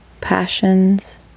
passions